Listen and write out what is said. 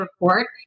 report